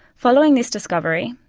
following this discovery,